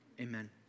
Amen